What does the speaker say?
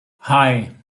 hei